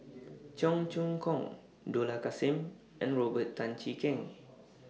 Cheong Choong Kong Dollah Kassim and Robert Tan Jee Keng